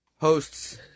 hosts